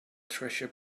treasure